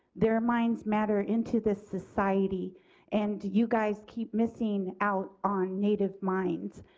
their minds matter into this society and you guys keep missing out on native minds.